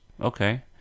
Okay